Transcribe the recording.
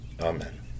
Amen